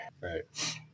Right